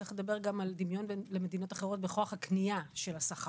צריך לדבר גם על דמיון למדינות אחרות בכוח הקנייה של השכר,